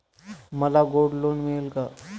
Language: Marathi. मला गोल्ड लोन मिळेल का?